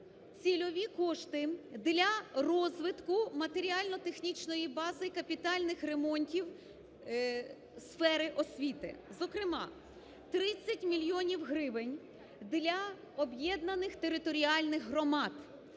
цільові кошти для розвитку матеріально-технічної бази і капітальних ремонтів сфери освіти. Зокрема, 30 мільйонів гривень для об'єднаних територіальних громад